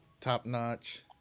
top-notch